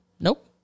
Nope